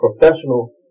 professional